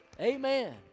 Amen